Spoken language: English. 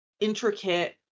intricate